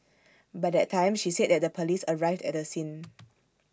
by that time she said that the Police arrived at the scene